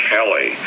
Kelly